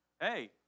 hey